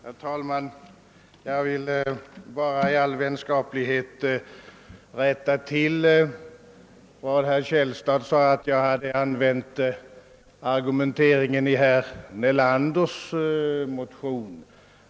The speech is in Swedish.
Herr talman! Jag vill bara i all vänskaplighet bemöta herr Källstad, eftersom han sade att jag använt argumenteringen i herr Nelanders motion.